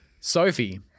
Sophie